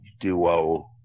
duo